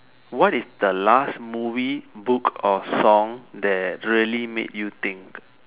what is the last movie book or song that really made you think